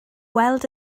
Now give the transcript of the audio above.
weld